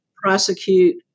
prosecute